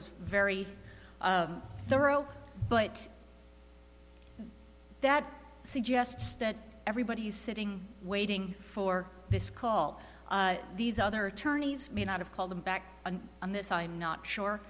is very of the row but that suggests that everybody is sitting waiting for this call these other attorneys may not have called them back on this i'm not sure